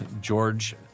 George